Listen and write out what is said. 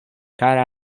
kara